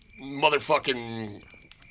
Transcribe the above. motherfucking